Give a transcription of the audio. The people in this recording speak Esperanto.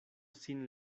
sin